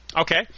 Okay